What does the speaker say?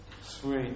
Sweet